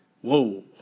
Whoa